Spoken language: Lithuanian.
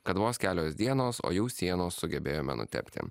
kad vos kelios dienos o jau sienas sugebėjome nutepti